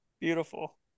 Beautiful